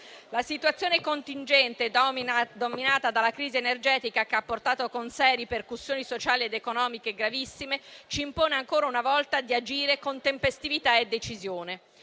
La situazione contingente, dominata dalla crisi energetica che ha portato con sé ripercussioni sociali ed economiche gravissime, ci impone ancora una volta di agire con tempestività e decisione.